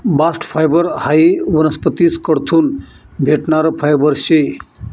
bast fibre हायी वनस्पतीस कडथून भेटणारं फायबर शे